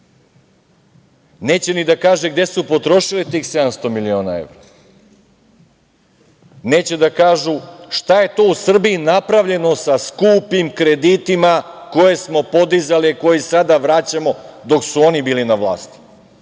Neće ni da kaže gde su potrošili tih 700 miliona evra, neće da kažu šta je to u Srbiji napravljeno sa skupim kreditima koje smo podizali, a koje sada vraćamo, dok su oni bili na vlasti.